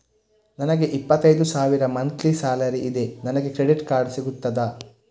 ನನಗೆ ಇಪ್ಪತ್ತೈದು ಸಾವಿರ ಮಂತ್ಲಿ ಸಾಲರಿ ಇದೆ, ನನಗೆ ಕ್ರೆಡಿಟ್ ಕಾರ್ಡ್ ಸಿಗುತ್ತದಾ?